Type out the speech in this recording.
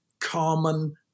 common